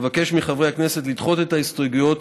אבקש מחברי הכנסת לדחות את ההסתייגויות